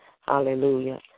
hallelujah